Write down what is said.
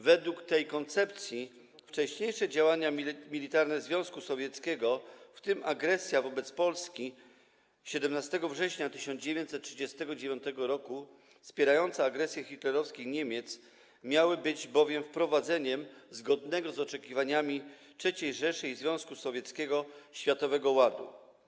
Według tej koncepcji wcześniejsze działania militarne Związku Sowieckiego, w tym agresja wobec Polski 17 września 1939 r. wspierająca agresję hitlerowskich Niemiec, miały być bowiem wprowadzeniem zgodnego z oczekiwaniami III Rzeszy i Związku Sowieckiego światowego ładu.